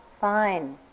fine